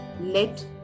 let